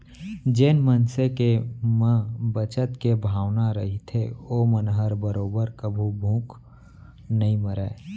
जेन मनसे के म बचत के भावना रहिथे ओमन ह बरोबर कभू भूख नइ मरय